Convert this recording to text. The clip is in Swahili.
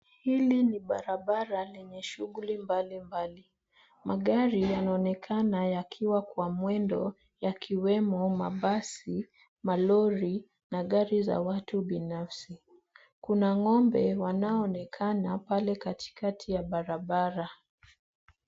Hili ni barabara lenye shughuli mbalimbali. Magari yanaonekana yakiwa kwa mwendo, yakiwemo mabasi, malori, na gari za watu binafsi. Kuna ng'ombe wanaoonekana pale katikati ya barabara.